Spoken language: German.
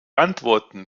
antworten